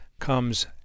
comes